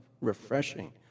refreshing